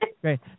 Great